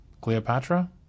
Cleopatra